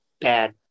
Bad